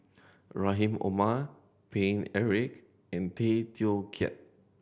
Rahim Omar Paine Eric and Tay Teow Kiat